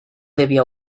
debía